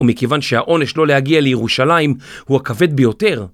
ומכיוון שהעונש לא להגיע לירושלים הוא הכבד ביותר